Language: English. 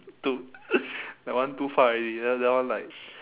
too that one too far already that that one like